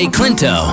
Clinto